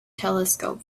telescope